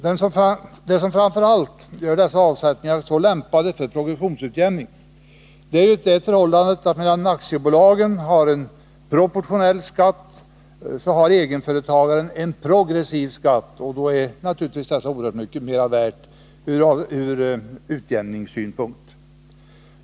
Det som framför allt gör dessa avsättningar så lämpade för progressionsutjämning är ju det förhållandet att aktiebolagen har en proportionell skatt medan egenföretagaren har en progressiv skatt. Då blir de naturligtvis oerhört mycket mera värda ur utjämningssynpunkt.